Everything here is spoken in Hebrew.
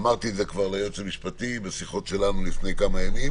אמרתי את זה כבר ליועץ המשפטי לוועדה בשיחות שלנו לפני כמה ימים